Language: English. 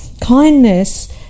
Kindness